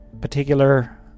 particular